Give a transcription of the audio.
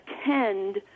attend